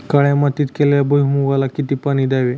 काळ्या मातीत केलेल्या भुईमूगाला किती पाणी द्यावे?